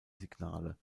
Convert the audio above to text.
signale